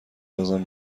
بازم